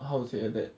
how to say like that